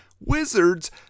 Wizards